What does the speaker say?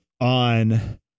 on